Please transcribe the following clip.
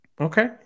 Okay